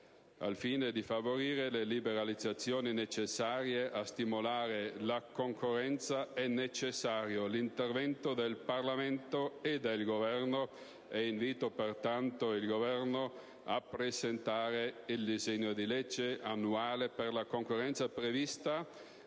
Al fine di favorire le liberalizzazioni necessarie a stimolare la concorrenza, occorre l'intervento del Parlamento e del Governo. Invito pertanto il Governo a presentare il disegno di legge annuale per il mercato e la